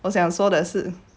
我想说的是